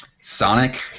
Sonic